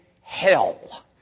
hell